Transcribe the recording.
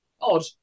odd